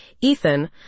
Ethan